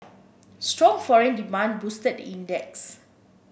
strong foreign demand boosted the index